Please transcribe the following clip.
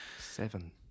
Seven